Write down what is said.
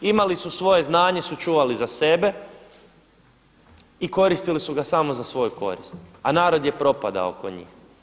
Imali su svoje znanje su čuvali za sebe, i koristili su ga samo za svoju korist a narod je propadao oko njih.